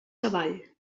savall